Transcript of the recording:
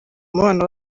umubano